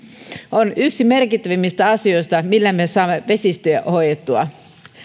on yksi merkittävimmistä asioista millä me saamme vesistöjä hoidettua